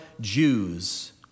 Jews